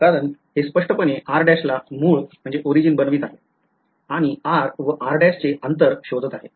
कारण हे स्पष्टपणे ला मूळ बनवित आहे आणि r व r'चे अंतर शोधत आहे